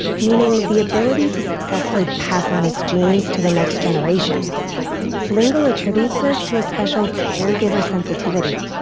meaning the ability to successfully pass on its genes to the next generation lingle attributes this to a special caregiver sensitivity.